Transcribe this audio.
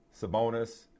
Sabonis